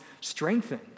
strengthened